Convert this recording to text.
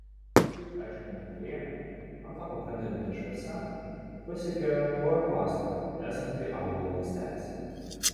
kaip aiškina tyrėja ant lapo krentanti šviesa pasiekia chloroplastą esantį augalo ląstelėse